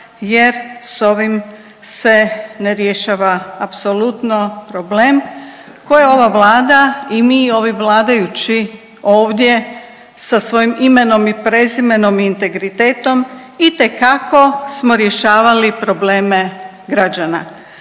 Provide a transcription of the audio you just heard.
jer s ovim se ne rješava apsolutno problem koje ova Vlada i mi ovi vladajući ovdje sa svojim imenom i prezimenom i integritetom itekako smo rješavali probleme građana.